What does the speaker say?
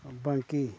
ᱵᱟᱝᱠᱤ